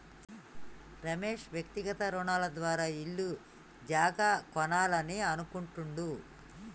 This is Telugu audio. రమేష్ వ్యక్తిగత రుణాల ద్వారా ఇల్లు జాగా కొనాలని అనుకుంటుండు